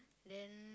then